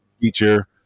feature